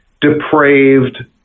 depraved